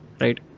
Right